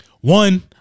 One